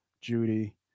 Judy